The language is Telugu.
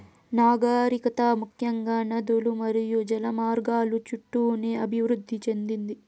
నాగరికత ముఖ్యంగా నదులు మరియు జల మార్గాల చుట్టూనే అభివృద్ది చెందింది